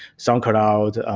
soundcloud,